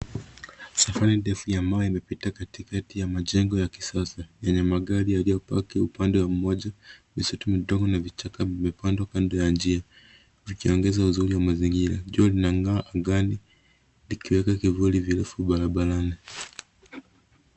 Safari ndefu ya mawe imepita katika kati ya majengo ya kisasa yenye magari yaliyopaki upande wa mmoja visite vidogo na vichaka vimepandwa kando ya njia ,wakiongeza uzuri wa mazingira jua inagaa angani ikiweka kivuli virefu barabarani.